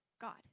God